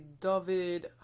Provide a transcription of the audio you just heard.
David